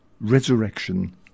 resurrection